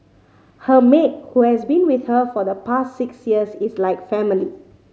her maid who has been with her for the past six years is like family